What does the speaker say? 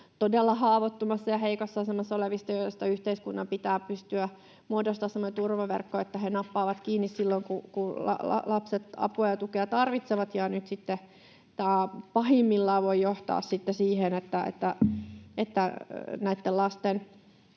todella haavoittuvassa ja heikossa asemassa olevista, joille yhteiskunnan pitää pystyä muodostaa sellainen turvaverkko, että heidät napataan kiinni silloin, kun lapset apua ja tukea tarvitsevat. Nyt tämä voi sitten pahimmillaan johtaa siihen, että näitten lasten